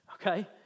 Okay